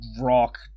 rock